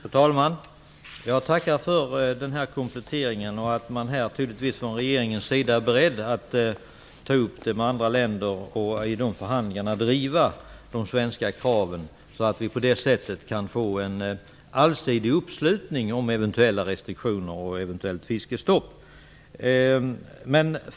Fru talman! Jag tackar för denna komplettering. Man är tydligen från regeringens sida beredd att ta upp ärendet med andra länder och i de förhandlingarna driva de svenska kraven, så att vi på det sättet kan få en allsidig uppslutning om eventuella restriktioner och eventuellt fiskestopp.